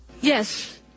Yes